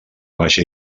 baixa